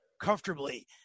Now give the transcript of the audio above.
comfortably